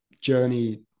journey